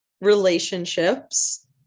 relationships